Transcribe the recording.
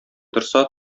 торса